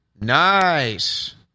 nice